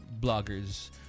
bloggers